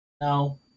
No